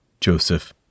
Joseph